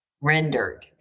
rendered